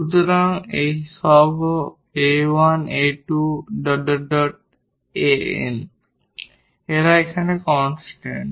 সুতরাং এই সহগ 𝑎1 𝑎2 𝑎𝑛 এরা এখানে কনস্ট্যান্ট